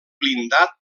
blindat